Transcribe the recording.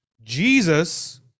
Jesus